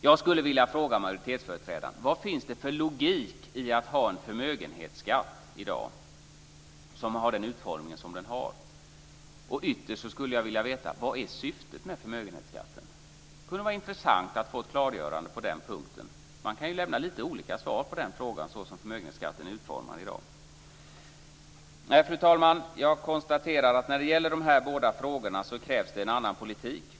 Jag skulle vilja fråga majoritetsföreträdaren vad det finns för logik i att ha en förmögenhetsskatt med den utformning som den har i dag. Ytterst skulle jag vilja veta vad syftet med förmögenhetsskatten är. Det kunde vara intressant att få ett klargörande på den punkten. Man kan lämna lite olika svar på den frågan såsom förmögenhetsskatten är utformad i dag. Fru talman! Jag konstaterar att när det gäller de här båda frågorna krävs det en annan politik.